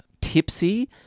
tipsy